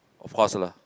of course lah